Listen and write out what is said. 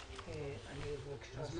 מסבירים שזו הוצאה